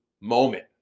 moment